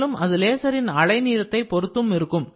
மேலும் அது லேசரின் அலை நீளத்தை பொருத்தும் இருக்கும்